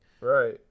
right